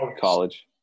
college